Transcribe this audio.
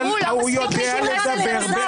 הוא לא מספיק --- אבל הוא יודע לדבר בעצמו.